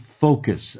focus